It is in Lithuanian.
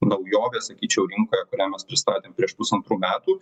naujovė sakyčiau rinkoje kurią mes pristatėm prieš pusantrų metų